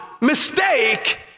mistake